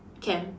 Ken